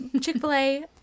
chick-fil-a